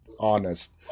honest